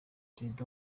perezida